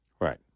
Right